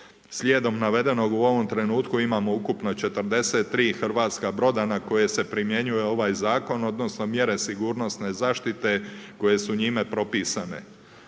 Slijedom navedeno, u ovom trenutku, imamo ukupno 43 hrvatska broda, na koje se primjenjuje ovaj zakon, odnosno mjere sigurnosne zaštite koje su njime propisane.